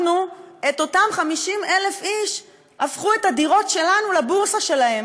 אותם 50,000 איש הפכו את הדירות שלנו לבורסה שלהם,